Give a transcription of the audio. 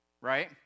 right